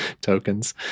tokens